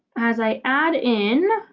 as i add in